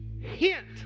hint